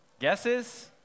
Guesses